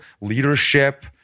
leadership